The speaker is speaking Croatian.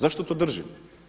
Zašto to držimo?